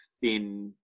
thin